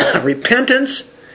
repentance